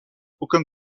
aucun